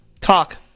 Talk